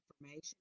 information